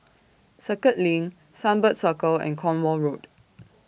Circuit LINK Sunbird Circle and Cornwall Road